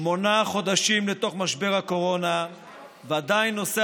שמונה חודשים לתוך משבר הקורונה ועדיין נושא